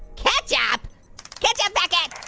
ketchup ketchup packets.